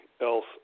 else